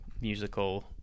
musical